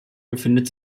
befindet